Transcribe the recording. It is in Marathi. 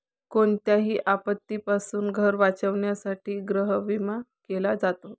कोणत्याही आपत्तीपासून घर वाचवण्यासाठी गृहविमा केला जातो